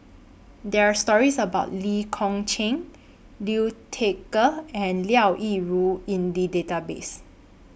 There Are stories about Lee Kong Chian Liu Thai Ker and Liao Yingru in The Database